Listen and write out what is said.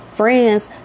friends